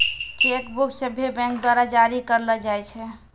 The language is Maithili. चेक बुक सभ्भे बैंक द्वारा जारी करलो जाय छै